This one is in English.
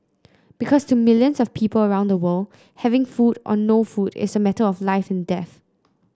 because to millions of people around the world having food or no food is a matter of life and death